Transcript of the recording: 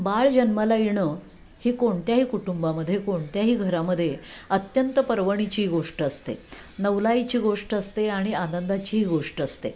बाळ जन्माला येणं ही कोणत्याही कुटुंबामध्ये कोणत्याही घरामध्ये अत्यंत पर्वणीची गोष्ट असते नवलाईची गोष्ट असते आणि आनंदाचीही गोष्ट असते